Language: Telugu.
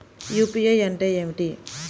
యూ.పీ.ఐ అంటే ఏమిటి?